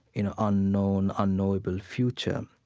you know, unknown, unknowable future,